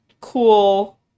cool